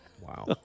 Wow